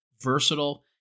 Versatile